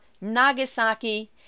Nagasaki